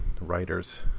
writers